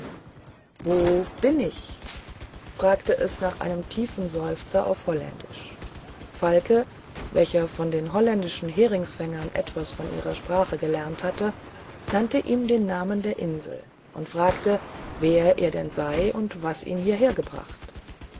wo bin ich fragte es nach einem tiefen seufzer auf holländisch falke welcher von den holländischen heringsfängern etwas von ihrer sprache gelernt hatte nannte ihm den namen der insel und fragte wer er denn sei und was ihn hierher gebracht